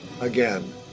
again